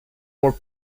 more